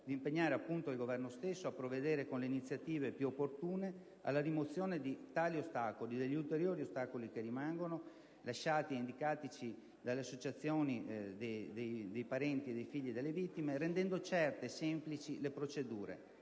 di impegnare il Governo stesso a provvedere con le iniziative più opportune alla rimozione di tali ostacoli, degli ulteriori ostacoli che rimangono indicatici dalle associazioni dei parenti e dei figli delle vittime, rendendo certe e semplici le procedure,